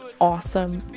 awesome